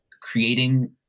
creating